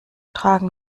tragen